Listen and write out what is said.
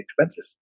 expenses